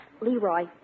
Leroy